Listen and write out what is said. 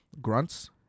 grunts